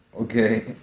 Okay